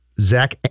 Zach